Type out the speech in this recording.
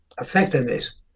effectiveness